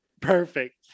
Perfect